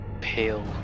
pale